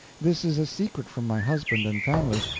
this is a secret from my husband and family.